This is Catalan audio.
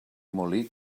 molí